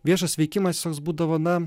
viešas veikimas toks būdavo na